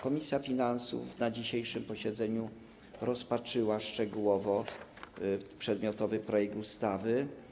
Komisja finansów na dzisiejszym posiedzeniu rozpatrzyła szczegółowo przedmiotowy projekt ustawy.